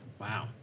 Wow